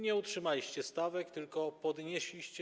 Nie utrzymaliście stawek, tylko je podnieśliście.